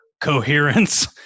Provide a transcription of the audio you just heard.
Coherence